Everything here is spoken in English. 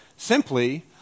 Simply